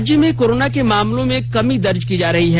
राज्य में कोरोना के मामलों में कमी दर्ज की जा रही है